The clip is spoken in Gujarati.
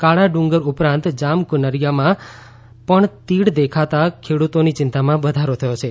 કાળા ડુંગર ઉપરાંત જામકુનરિયાના સીમાડામાં પણ તીડ દેખાતા ખેડૂતોની ચિંતામાં વધારો થયો છે